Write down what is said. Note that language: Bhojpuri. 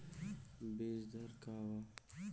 बीज दर का वा?